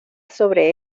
sobre